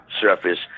surface